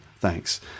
thanks